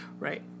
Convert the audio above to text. Right